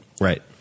Right